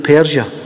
Persia